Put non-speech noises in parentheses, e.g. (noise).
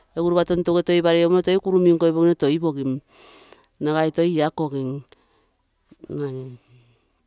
Egu ropa tontogue toiparei lomunno toi kuru minkoipogino toipogim nagai toi la kogim. (noise)